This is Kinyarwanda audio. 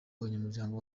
abanyamuryango